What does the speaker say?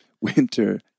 Winter